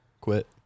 quit